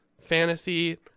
fantasy